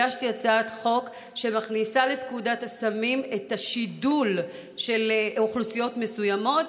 הגשתי הצעת חוק שמכניסה לפקודת הסמים את השידול של אוכלוסיות מסוימות,